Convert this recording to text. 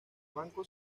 banco